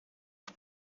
nog